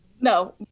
No